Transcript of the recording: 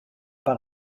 pas